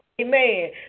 Amen